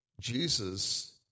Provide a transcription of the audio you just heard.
jesus